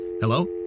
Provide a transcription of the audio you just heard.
Hello